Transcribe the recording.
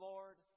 Lord